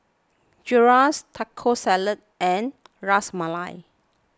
Gyros Taco Salad and Ras Malai